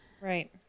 Right